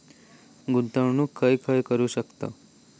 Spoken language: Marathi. गुंतवणूक खय खय करू शकतव?